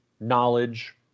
knowledge